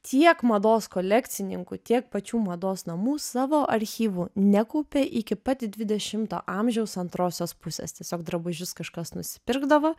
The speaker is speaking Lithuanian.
tiek mados kolekcininkų tiek pačių mados namų savo archyvų nekaupė iki pat dvidešimto amžiaus antrosios pusės tiesiog drabužius kažkas nusipirkdavo